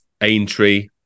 Aintree